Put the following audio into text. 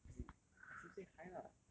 as in I still say hi lah